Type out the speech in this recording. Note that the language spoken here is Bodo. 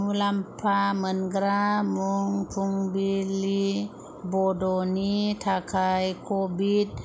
मुलामफा मोनग्रा मुं फुंबिलि बड'नि थाखाय क'भिड